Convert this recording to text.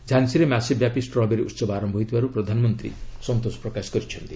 ଝାନ୍ସୀରେ ମାସେ ବ୍ୟାପୀ ଷ୍ଟ୍ରବେରୀ ଉତ୍ସବ ଆରମ୍ଭ ହୋଇଥିବାରୁ ପ୍ରଧାନମନ୍ତ୍ରୀ ସନ୍ତୋଷ ପ୍ରକାଶ କରିଛନ୍ତି